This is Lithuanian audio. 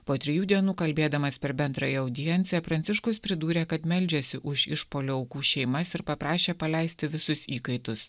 po trijų dienų kalbėdamas per bendrąją audienciją pranciškus pridūrė kad meldžiasi už išpuolio aukų šeimas ir paprašė paleisti visus įkaitus